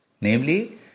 Namely